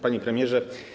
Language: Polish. Panie Premierze!